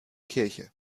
kirche